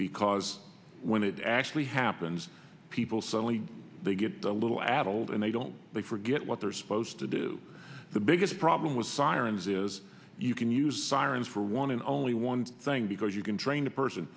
because when it actually happens people suddenly they get a little addled and they don't they forget what they're supposed to do the biggest problem with sirens is you can use sirens for one and only one thing because you can train a person